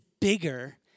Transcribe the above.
bigger